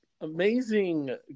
amazing